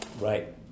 Right